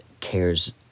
cares